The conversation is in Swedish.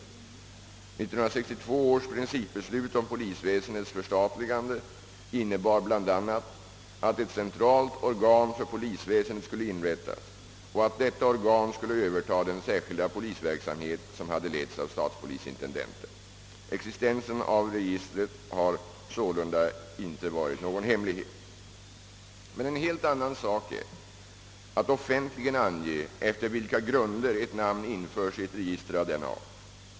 1962 års principbeslut om polisväsendets förstatligande innebar bl.a. att ett centralt organ för polisväsendet skulle inrättas och att detta organ skulle överta den särskilda polisverksamhet, som hade letts av statspolisintendenten. Existensen av detta register har sålunda inte varit någon hemlighet. En helt annan sak är att offentligen ange efter vilka grunder ett namn införs i ett register av denna art.